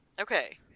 Okay